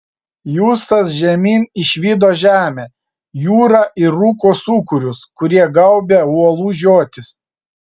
justas žemyn išvydo žemę jūrą ir rūko sūkurius kurie gaubė uolų žiotis